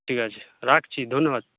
ঠিক আছে রাখছি ধন্যবাদ